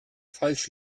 falsch